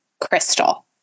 Crystal